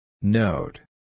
Note